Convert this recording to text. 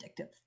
addictive